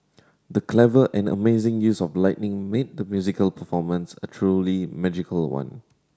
the clever and amazing use of lighting made the musical performance a truly magical one